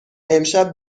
امشب